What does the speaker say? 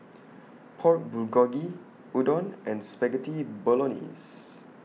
Pork Bulgogi Udon and Spaghetti Bolognese